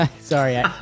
Sorry